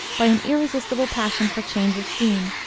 by an irresistible passion for change of scene.